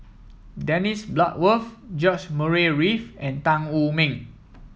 Dennis Bloodworth George Murray Reith and Tan Wu Meng